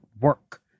work